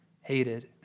hated